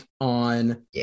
on